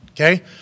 okay